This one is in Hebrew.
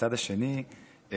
מהצד השני,